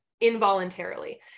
involuntarily